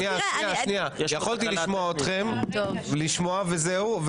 לשמוע וזהו.